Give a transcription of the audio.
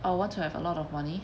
I will want to have a lot of money